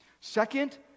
Second